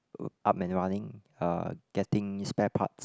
up and running uh getting spare parts